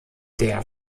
der